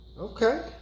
okay